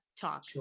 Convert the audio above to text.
talk